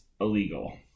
illegal